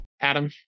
adam